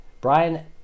Brian